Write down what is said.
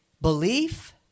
Belief